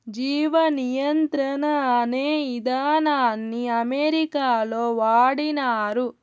జీవ నియంత్రణ అనే ఇదానాన్ని అమెరికాలో వాడినారు